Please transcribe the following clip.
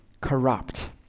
corrupt